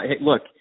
look